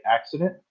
accident